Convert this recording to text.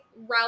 route